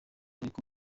ariko